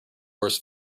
worst